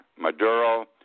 Maduro